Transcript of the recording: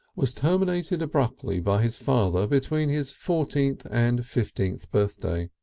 was terminated abruptly by his father between his fourteenth and fifteenth birthday.